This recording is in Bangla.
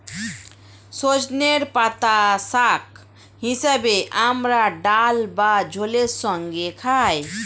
সজনের পাতা শাক হিসেবে আমরা ডাল বা ঝোলের সঙ্গে খাই